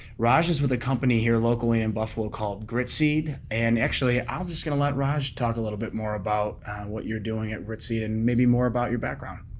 raj is with a company here locally in buffalo called gritseed, and actually i'm just gonna let raj talk a little bit more about what you're doing at gritseed and maybe more about your background.